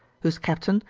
whose captain,